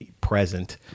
present